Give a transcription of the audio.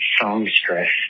songstress